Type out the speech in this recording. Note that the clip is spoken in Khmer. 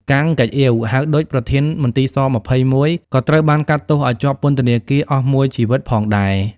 កាំង ហ្គេកអ៊ាវ ហៅ ឌុច ប្រធានមន្ទីរស-២១ ក៏ត្រូវបានកាត់ទោសឱ្យជាប់ពន្ធនាគារអស់មួយជីវិតផងដែរ។